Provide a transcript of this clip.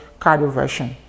cardioversion